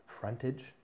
Frontage